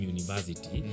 University